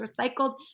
recycled